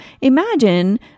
imagine